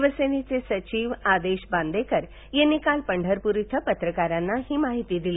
शिवसेनेचे सचिव आदेश बांदेकर यांनी काल पंढरपूर इथ पत्रकारांना ही माहिती दिली